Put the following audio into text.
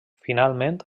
finalment